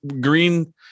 green